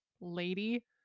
lady